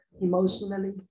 emotionally